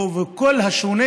כל השונה,